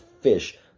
fish